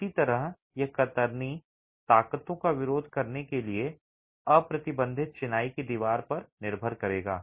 इसी तरह यह कतरनी ताकतों का विरोध करने के लिए अप्रतिबंधित चिनाई की दीवार पर निर्भर करेगा